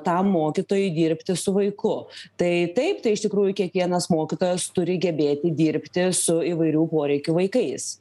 tam mokytojui dirbti su vaiku tai taip tai iš tikrųjų kiekvienas mokytojas turi gebėti dirbti su įvairių poreikių vaikais